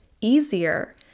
easier